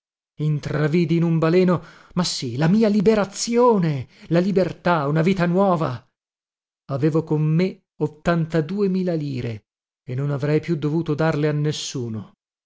intravidi in un baleno ma sì la mia liberazione la libertà una vita nuova avevo con me ottantaduemila lire e non avrei più dovuto darle a nessuno